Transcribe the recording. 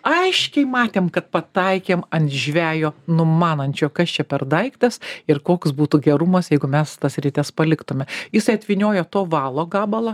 aiškiai matėm kad pataikėm ant žvejo numanančio kas čia per daiktas ir koks būtų gerumas jeigu mes tas rites paliktume jisai atvyniojo to valo gabalą